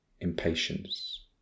Impatience